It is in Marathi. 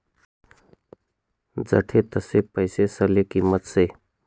जठे तठे पैसासले किंमत शे